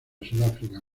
sudáfrica